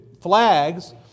flags